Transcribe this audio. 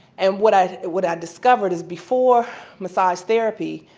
and what i what i discovered is before massage therapy,